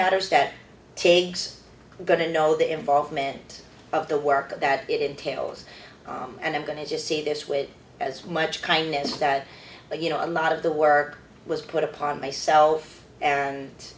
matters that tiggs good to know the involvement of the work that it entails and i'm going to just see this with as much kindness that you know a lot of the work was put upon myself and